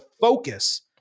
focus